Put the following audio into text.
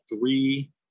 three